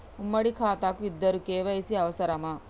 ఉమ్మడి ఖాతా కు ఇద్దరు కే.వై.సీ అవసరమా?